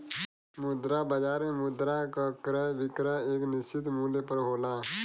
मुद्रा बाजार में मुद्रा क क्रय विक्रय एक निश्चित मूल्य पर होला